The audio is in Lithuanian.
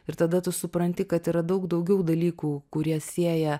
ir tada tu supranti kad yra daug daugiau dalykų kurie sieja